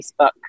Facebook